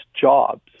jobs